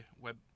web